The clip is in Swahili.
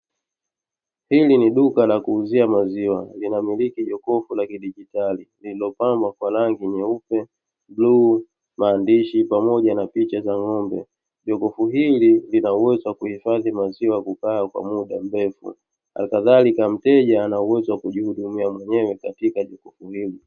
Hili ni duka la kuuzia maziwa linamiliki jokofu la kidigitari lililopamba kwa rangi nyeupe, bluu, maandishi pamoja na kichwa cha ng'ombe, jokofu hili lina uwezo wa kuhifadhi maziwa kukaa muda kwa mrefu, na kadhalika mteja ana uwezo wa kujihudumia mwenyewe katika jokofu hili.